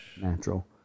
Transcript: Natural